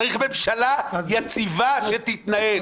צריך ממשלה יציבה שתתנהל.